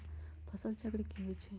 फसल चक्र की होइ छई?